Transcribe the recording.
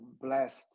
blessed